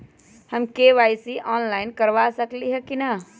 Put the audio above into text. हम KYC online करवा सकली ह कि न?